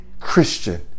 Christian